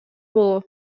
боло